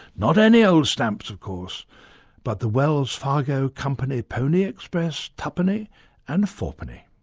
not any old stamps of course but the wells, fargo company pony express tuppeny and fourpenny.